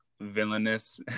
villainous